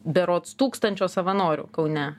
berods tūkstančio savanorių kaune